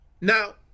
now